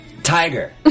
Tiger